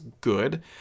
good